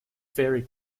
fairy